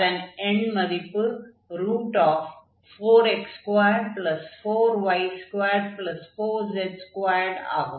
அதன் எண்மதிப்பு 4x24y24z2 ஆகும்